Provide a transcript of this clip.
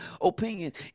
opinions